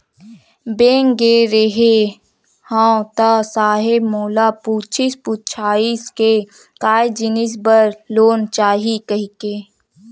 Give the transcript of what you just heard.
Bank गे रेहे हंव ता साहेब मोला पूछिस पुछाइस के काय जिनिस बर लोन चाही कहिके?